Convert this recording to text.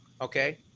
okay